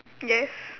yes